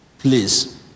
Please